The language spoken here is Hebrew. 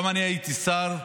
גם אני הייתי שר,